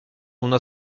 una